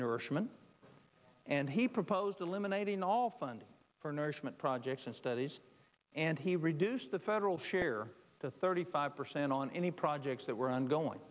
nourishment and he proposed eliminating all funding for nourishment projects and studies and he reduced the federal share to thirty five percent on any projects that were ongoing